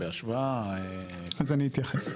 אז אני אתייחס.